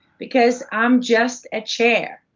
because i'm just a chair,